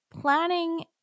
planning